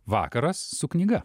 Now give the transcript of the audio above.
vakaras su knyga